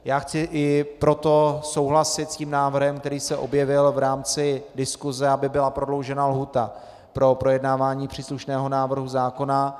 Já chci i proto souhlasit s návrhem, který se objevil v rámci diskuse, aby byla prodloužena lhůta pro projednávání příslušného návrhu zákona.